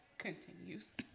Continues